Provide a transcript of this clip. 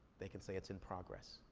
they can say it's in progress,